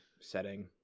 setting